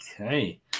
okay